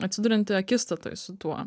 atsidurianti akistatoj su tuo